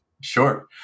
Sure